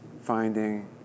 finding